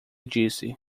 disse